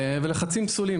ולחצים פסולים.